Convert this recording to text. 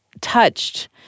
touched